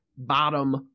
bottom